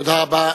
תודה רבה.